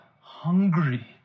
hungry